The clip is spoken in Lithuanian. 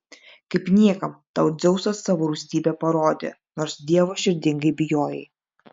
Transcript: kaip niekam tau dzeusas savo rūstybę parodė nors dievo širdingai bijojai